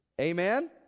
Amen